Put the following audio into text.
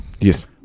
Yes